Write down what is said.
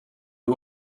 who